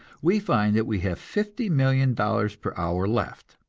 we find that we have fifty million dollars per hour left,